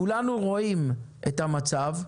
כולנו רואים את המצב,